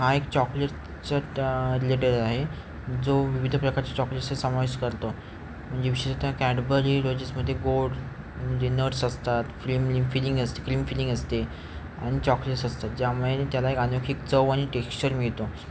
हा एक चॉकलेटचा ट रिलेटेड आहे जो विविध प्रकारचे चॉकलेट्सचा समावेश करतो म्हणजे विशेषतः कॅडबरी रोजेसमध्ये गोड म्हणजे नट्स असतात फ्लिमिम फिलिंग असते क्लिम फिलिंग असते आणि चॉकलेट्स असतात ज्यामुळे त्याला एक आनोखिक चव आणि टेक्स्चर मिळतो